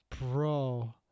bro